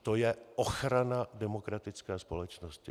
To je ochrana demokratické společnosti.